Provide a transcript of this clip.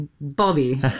bobby